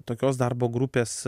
tokios darbo grupės